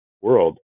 world